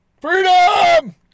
Freedom